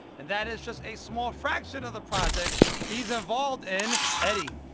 and that is just a small fraction of the projects he's involved in. eddie,